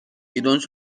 idąc